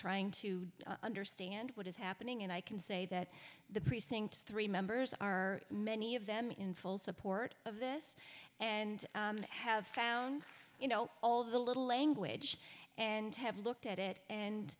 trying to understand what is happening and i can say that the precinct three members are many of them in full support of this and have found you know all the little language and have looked at it and